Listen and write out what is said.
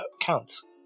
counts